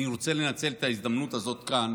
אני רוצה לנצל את ההזדמנות הזאת כאן